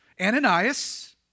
Ananias